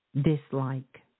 dislike